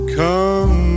come